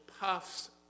puffs